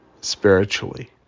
spiritually